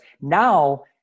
now